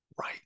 right